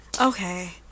Okay